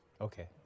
Okay